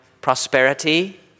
prosperity